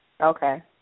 Okay